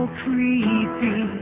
creepy